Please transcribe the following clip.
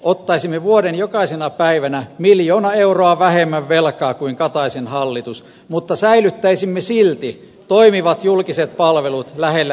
ottaisimme vuoden jokaisena päivänä miljoona euroa vähemmän velkaa kuin kataisen hallitus mutta säilyttäisimme silti toimivat julkiset palvelut lähellä ihmisiä